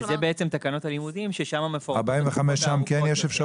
שזה בעצם תקנות הלימודים ששם מפורטות התקופות הארוכות יותר.